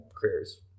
careers